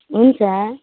हुन्छ